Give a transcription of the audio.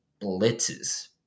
blitzes